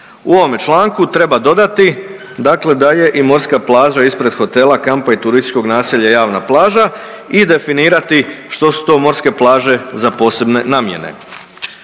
u ovome članku treba dodati da je i morska plaža ispred hotela, kampa i turističkog naselja javna plaža i definirati što su to morske plaže za posebne namjene.